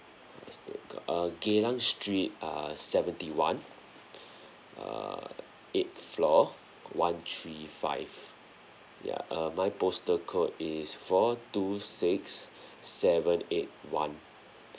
what's that called uh geylang street err seventy one err eight floor one three five ya uh my postal code is four two six seven eight one